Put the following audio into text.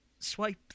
swipe